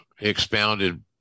expounded